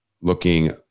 Looking